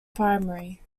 primary